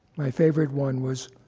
my favorite one was